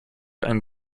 ein